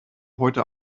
heute